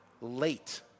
late